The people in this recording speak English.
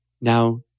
now